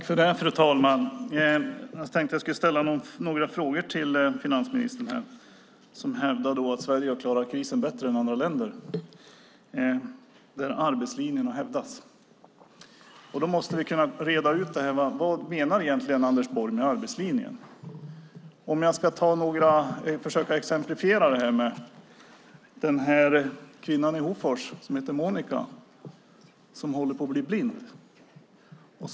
Fru talman! Jag tänkte ställa några frågor till finansministern, som hävdar att Sverige klarat krisen bättre än andra länder där arbetslinjen har hävdats. Därför måste vi reda ut vad Anders Borg egentligen menar med arbetslinjen. Låt mig försöka exemplifiera med en kvinna i Hofors. Hon heter Monika och håller på att bli blind.